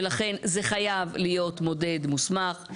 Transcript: ולכן זה חייב להיות מודד מוסמך.